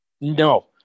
No